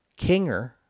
Kinger